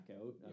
out